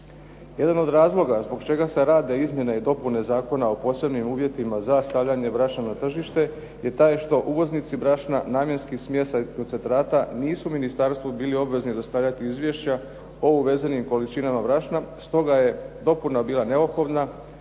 Jedan od razloga zbog čega se rade Izmjene i dopune Zakona o posebnim uvjetima za stavljanje brašna na tržište je taj što uvoznici brašna, namjenskih smjesa i koncentrata nisu ministarstvu bili obvezni dostavljati izvješća o uvezenim količinama brašna stoga je dopuna bila neophodna